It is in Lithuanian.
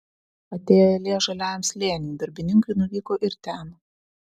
atėjo eilė žaliajam slėniui darbininkai nuvyko ir ten